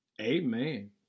amen